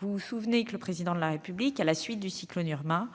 Vous vous souvenez que le Président de la République, à la suite du cyclone Irma,